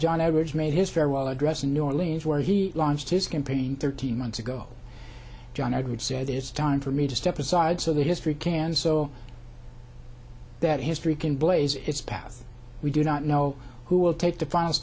edwards made his farewell address in new orleans where he launched his campaign thirteen months ago john edwards says it is time for me to step aside so that history can so that history can blaze its path we do not know who will take the final